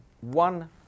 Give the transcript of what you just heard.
one